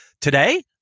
Today